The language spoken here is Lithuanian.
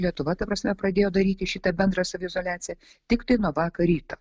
lietuva ta prasme pradėjo daryti šitą bendrą saviizoliaciją tiktai nuo vakar ryto